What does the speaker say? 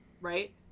right